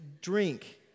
drink